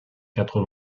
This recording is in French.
quatre